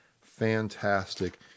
fantastic